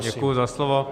Děkuji za slovo.